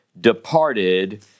departed